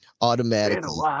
automatically